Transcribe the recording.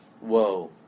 Whoa